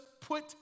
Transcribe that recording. put